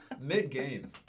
Mid-game